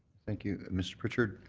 thank you. mr. pritchard,